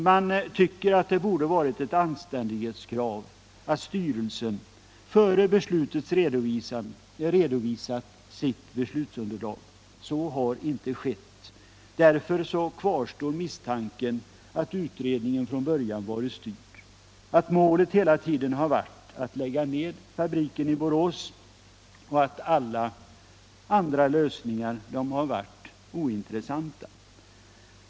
Man tycker att det borde ha varit ett anständighetskrav att styrelsen före beslutet redovisat sitt beslutsunderlag, men så har inte skett. Därför kvarstår också misstanken att utredningen från början varit styrd. att målet hela tiden har varit att lägga ned fabriken i Borås och att alla andra lösningar har varit ointressanta.